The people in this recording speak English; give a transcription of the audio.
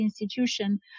institution